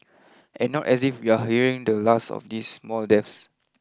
and not as if we are hearing the last of these mall deaths